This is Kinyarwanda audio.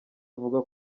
avuga